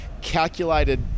calculated